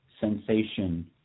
sensation